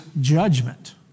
judgment